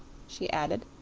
she added,